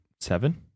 seven